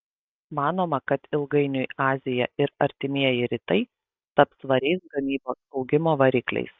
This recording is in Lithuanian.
manoma kad ilgainiui azija ir artimieji rytai taps svariais gamybos augimo varikliais